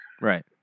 Right